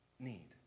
need